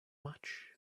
much